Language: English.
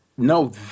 No